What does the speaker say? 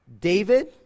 David